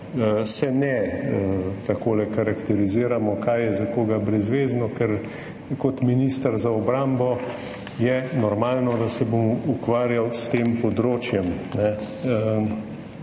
se ne takole karakteriziramo, kaj je za koga brezvezno, ker kot minister za obrambo je normalno, da se bom ukvarjal s tem področjem,